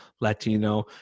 Latino